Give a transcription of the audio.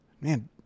man